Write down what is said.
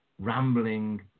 rambling